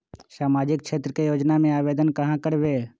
सामाजिक क्षेत्र के योजना में आवेदन कहाँ करवे?